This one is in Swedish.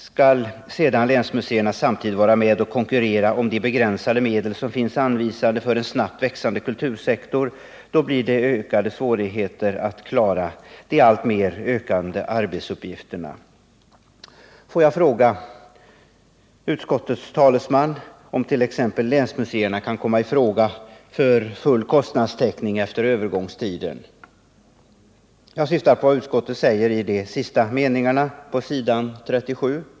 Skall sedan länsmuseerna vara med och konkurrera om de begränsade medel som finns anvisade för den snabbt växande kultursektorn ökar svårigheterna att klara de allt större arbetsuppgifterna. Får jag fråga utskottets talesman om t.ex. länsmuseerna kan komma i fråga för full kostnadstäckning efter övergångstiden. Jag syftar på vad utskottet säger i de sista meningarna på s. 37.